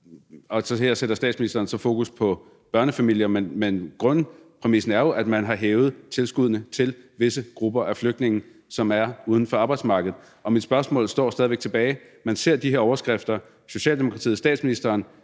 Her sætter statsministeren så fokus på børnefamilier, men grundpræmissen er jo, at man har hævet tilskuddene til visse grupper af flygtninge, som er uden for arbejdsmarkedet. Mit spørgsmål står stadig væk tilbage. Man ser de her overskrifter, Socialdemokratiet og statsministeren